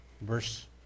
verse